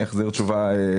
אני אחזיר תשובה.